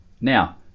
Now